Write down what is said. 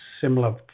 similar